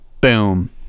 boom